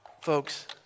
Folks